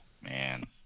man